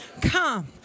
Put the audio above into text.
Come